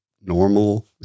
normal